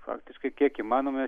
faktiškai kiek įmanoma mes